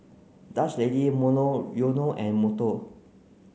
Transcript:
Dutch Lady Monoyono and Monto